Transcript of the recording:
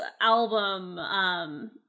album